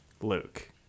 luke